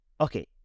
okay